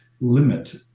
limit